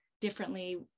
differently